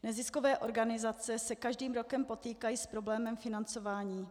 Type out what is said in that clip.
Neziskové organizace se každým rokem potýkají s problémem financování.